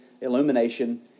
illumination